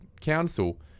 council